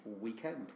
Weekend